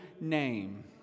name